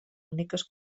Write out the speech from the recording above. úniques